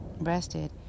Breasted